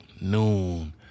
noon